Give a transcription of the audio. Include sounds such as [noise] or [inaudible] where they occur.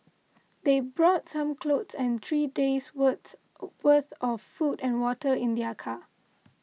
they brought some clothes and three days' words [hesitation] worth of food and water in their car